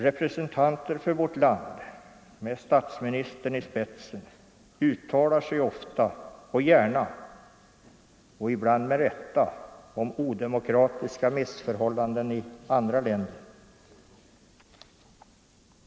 Representanter för vårt land med statsministern i spetsen uttalar sig ofta och gärna, och ibland med rätta, om odemokratiska missförhållanden i andra länder.